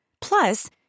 Plus